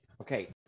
Okay